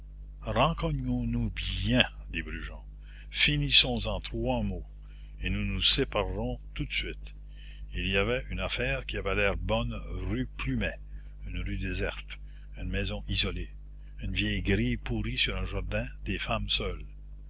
rencognons nous bien dit brujon finissons en trois mots et nous nous séparerons tout de suite il y avait une affaire qui avait l'air bonne rue plumet une rue déserte une maison isolée une vieille grille pourrie sur un jardin des femmes seules